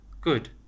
Good